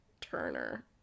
turner